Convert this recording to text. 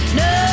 no